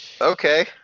Okay